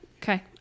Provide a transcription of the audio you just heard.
Okay